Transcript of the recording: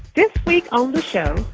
this week on the show,